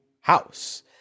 house